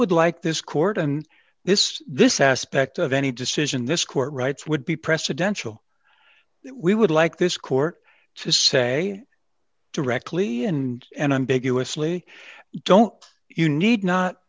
would like this court and this this aspect of any decision this court writes would be presidential we would like this court to say directly and and ambiguously don't you need not